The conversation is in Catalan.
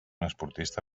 esportista